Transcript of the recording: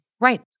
Right